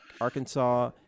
Arkansas